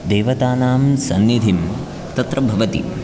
देवतानां सन्निधिः तत्र भवति